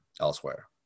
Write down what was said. elsewhere